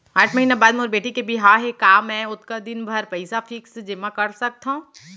आठ महीना बाद मोर बेटी के बिहाव हे का मैं ओतका दिन भर पइसा फिक्स जेमा कर सकथव?